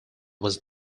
was